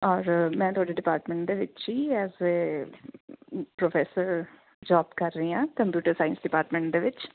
ਔਰ ਮੈਂ ਤੁਹਾਡੇ ਡਿਪਾਰਟਮੈਂਟ ਦੇ ਵਿੱਚ ਹੀ ਐਜ਼ ਏ ਪ੍ਰੋਫੈਸਰ ਜੋਬ ਕਰ ਰਹੀਂ ਹਾਂ ਕੰਪਿਊਟਰ ਸਾਇੰਸ ਡਿਪਾਰਟਮੈਂਟ ਦੇ ਵਿੱਚ